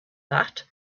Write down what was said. that